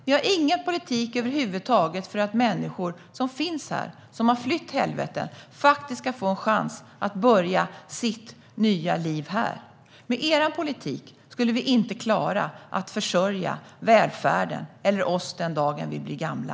Ni har ingen politik över huvud taget för att människor som finns här, som har flytt från helveten, ska få en chans att börja sitt nya liv här. Med er politik för stängda gränser skulle vi inte klara att försörja välfärden eller oss den dagen vi blir gamla.